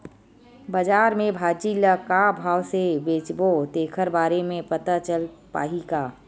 बजार में भाजी ल का भाव से बेचबो तेखर बारे में पता चल पाही का?